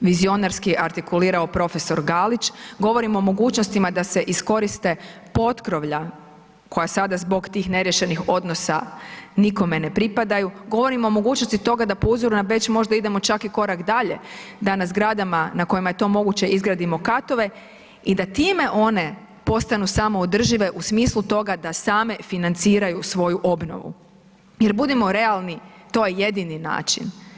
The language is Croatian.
vizionarski artikulirao prof. Galić, govorim o mogućnostima da se iskoriste potkrovlja koja sada zbog tih neriješenih odnosa nikome ne pripadaju, govorim o mogućnosti toga da po uzoru na Beč čak i idemo korak dalje, da na zgradama na kojima je to moguće izgradimo katove i time one postanu samoodržive u smislu toga da same financiraju svoju obnovu, jer budimo realni to je jedini način.